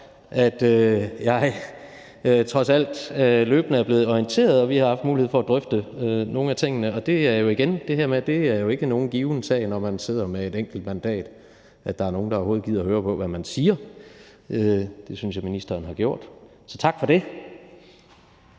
at jeg trods alt løbende er blevet orienteret, og at vi har haft mulighed for at drøfte nogle af tingene. Det er jo igen sådan, at det ikke er nogen given sag, når man sidder med et enkelt mandat, at der er nogen, der overhovedet gider høre på, hvad man siger, men det synes jeg ministeren har gjort, så tak for det.